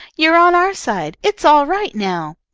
you're on our side. it's all right now!